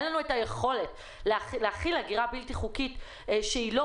אין לנו את היכולת להכיל אגירה בלתי חוקית שהיא לא